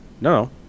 No